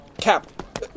Cap